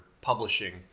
publishing